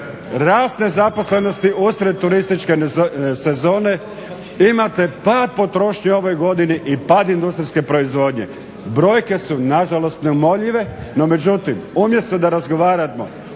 rast nezaposlenosti usred turističke sezone, imate pad potrošnje u ovoj godini i pad industrijske proizvodnje. Brojke su nažalost neumoljive, no međutim umjesto da razgovaramo